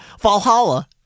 Valhalla